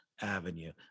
avenue